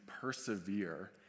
persevere